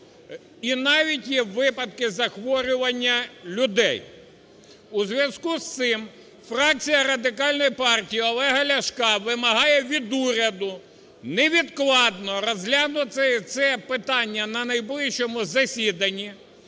і навіть є випадки захворювання людей. У зв'язку з цим фракція Радикальної партії Олега Ляшка вимагає від уряду невідкладно розглянути це питання на найближчому засіданні,